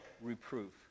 reproof